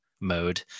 mode